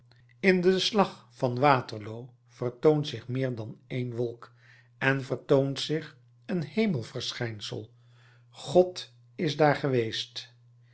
in den slag van waterloo vertoont zich meer dan een wolk er vertoont zich een hemelverschijnsel god is daar geweest